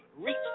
Reach